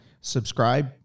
subscribe